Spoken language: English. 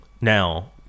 now